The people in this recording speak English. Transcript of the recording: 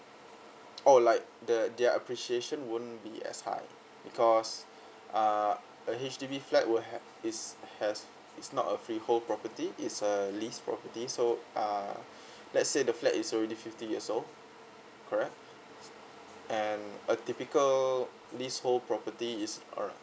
oh like the their appreciation won't be as high because uh a H_D_B flat will have is has it's not a freehold property it's a leased property so uh let's say the flat is already fifty years old correct and a typical leasehold property is around